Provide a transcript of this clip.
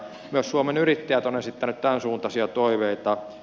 myös suomen yrittäjät on esittänyt tämänsuuntaisia toiveita